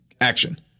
Action